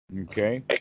okay